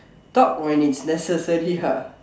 talk when it's necessary ah